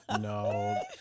No